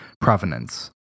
provenance